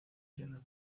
siendo